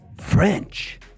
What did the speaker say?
French